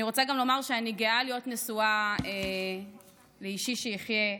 אני רוצה גם לומר שאני גאה להיות נשואה לאישי שיחיה,